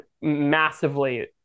massively